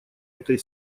этой